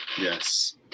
Yes